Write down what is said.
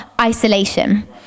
isolation